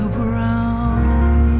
brown